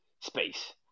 space